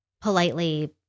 politely